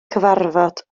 cyfarfod